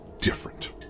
different